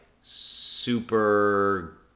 super